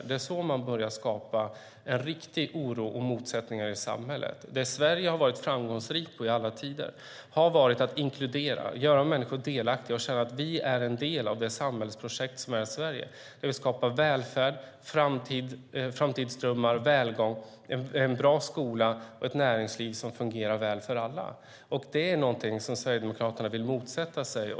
Det är så man börjar skapa en riktig oro och motsättningar i samhället. Sverige har i alla tider varit framgångsrikt på att inkludera, göra människor delaktiga och få dem att känna att de är en del av det samhällsprojekt som är Sverige. Vi skapar välfärd, framtidsdrömmar, välgång, en bra skola och ett näringsliv som fungerar väl för alla. Det är någonting som Sverigedemokraterna vill motsätta sig.